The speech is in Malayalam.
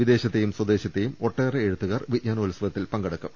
വിദേശത്തേയും സ്വദേശത്തേയും ഒട്ടേറെ എഴുത്തുകാർ വിജ്ഞാനോത്സവത്തിൽ പങ്കെടുക്കും